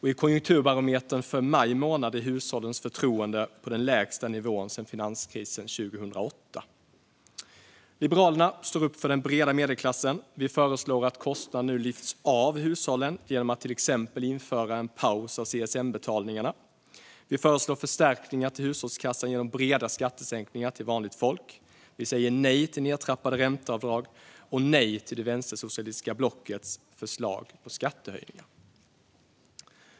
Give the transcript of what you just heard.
I Konjunkturbarometern för maj månad är hushållens förtroende på den lägsta nivån sedan finanskrisen 2008. Liberalerna står upp för den breda medelklassen. Vi föreslår att kostnader nu lyfts av hushållen genom att till exempel införa en paus av CSN-betalningarna. Vi föreslår förstärkningar till hushållskassan genom breda skattesänkningar till vanligt folk. Vi säger nej till nedtrappade ränteavdrag och nej till det vänstersocialistiska blockets förslag på skattehöjningar.